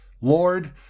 Lord